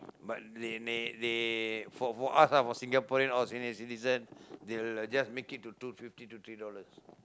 but they they they for for us lah for Singaporeans or senior citizen they like just make it to two fifty or three dollars